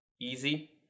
easy